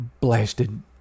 blasted